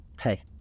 Hey